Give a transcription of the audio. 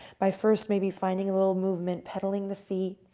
by first maybe finding a little movement, peddling the feet,